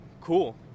cool